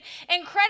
incredible